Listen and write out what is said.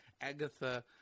Agatha